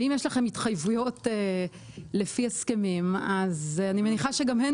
ואם יש לכם התחייבויות לפי הסכמים אז אני מניחה שגם הן